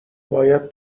باید